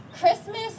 Christmas